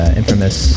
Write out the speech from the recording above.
infamous